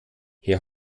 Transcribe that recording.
herr